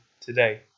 today